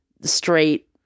straight